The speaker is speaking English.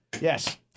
yes